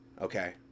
okay